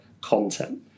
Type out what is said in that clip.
content